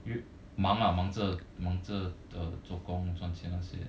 忙啊忙着忙着的做工赚钱那些